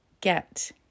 get